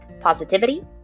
positivity